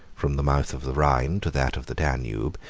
from the mouth of the rhine to that of the danube,